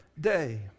day